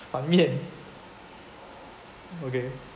ban mian okay